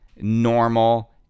normal